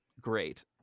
Great